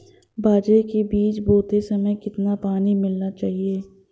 बाजरे के बीज बोते समय कितना पानी मिलाना चाहिए?